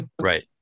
right